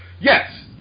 Yes